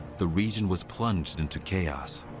the region was plunged into chaos.